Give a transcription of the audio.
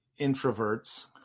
introverts